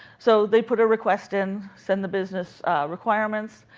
so they put a request in, send the business requirements,